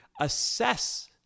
assess